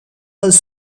was